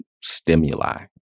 stimuli